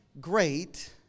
great